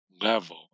level